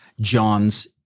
John's